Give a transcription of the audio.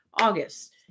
August